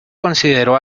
consideró